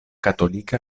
katolika